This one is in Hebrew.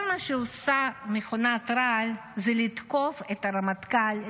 מה שעושה מכונת רעל זה לתקוף את הרמטכ"ל,